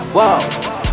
Whoa